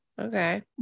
Okay